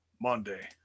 Monday